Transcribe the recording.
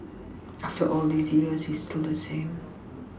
after all these years he's still the same